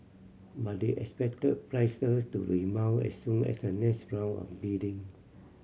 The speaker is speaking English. but they expect prices to rebound as soon as the next round of bidding